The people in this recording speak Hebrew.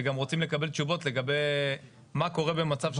וגם רוצים לקבל תשובות לגבי מה קורה במצב של מחלוקות.